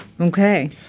Okay